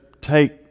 take